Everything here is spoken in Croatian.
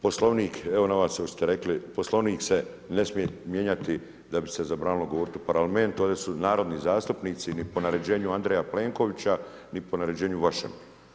Poslovnik, evo na ovo što ste rekli, poslovnik se ne smije mijenjati, da bi se zabranilo govoriti u Parlamentu, ovdje su narodni zastupnici, niti po naređenju Andreja Plenkovića, niti po naređenju vašem.